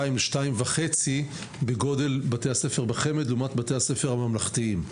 ל-2.5 בגודל של בתי הספר בחמ"ד לעומת בתי הספר הממלכתיים.